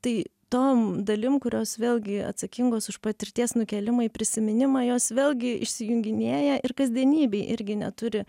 tai tom dalim kurios vėlgi atsakingos už patirties nukėlimą į prisiminimą jos vėlgi išsijunginėja ir kasdienybėj irgi neturi